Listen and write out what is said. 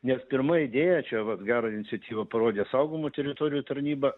nes pirma idėja čia vat gerą iniciatyvą parodė saugomų teritorijų tarnyba